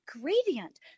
gradient